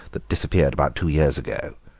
that disappeared about two years ago?